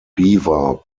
beaver